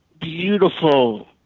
beautiful